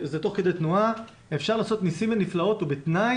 זה תוך כדי תנועה אפשר לעשות ניסים ונפלאות ובתנאי